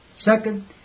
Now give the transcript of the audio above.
Second